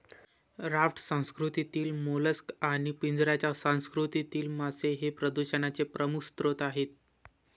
raft संस्कृतीतील mollusc आणि पिंजऱ्याच्या संस्कृतीतील मासे हे प्रदूषणाचे प्रमुख स्रोत आहेत